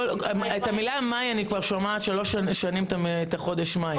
את המילה מאי אני כבר שומעת שלוש שנים את החודש מאי.